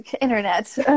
internet